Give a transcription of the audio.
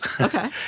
Okay